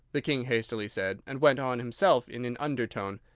the king hastily said, and went on himself in an undertone,